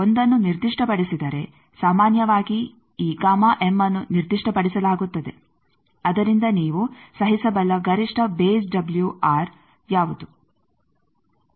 ಒಂದನ್ನು ನಿರ್ದಿಷ್ಟಪಡಿಸಿದರೆ ಸಾಮಾನ್ಯವಾಗಿ ಈ ಅನ್ನು ನಿರ್ದಿಷ್ಟಪಡಿಸಲಾಗುತ್ತದೆ ಅದರಿಂದ ನೀವು ಸಹಿಸಬಲ್ಲ ಗರಿಷ್ಠ ಬೇಸ್ ಡಬ್ಲ್ಯೂ ಆರ್ ಯಾವುದು